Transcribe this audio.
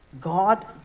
God